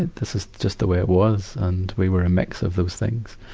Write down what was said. this is just the way it was. and we were a mix of those things.